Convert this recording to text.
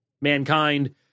mankind